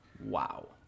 Wow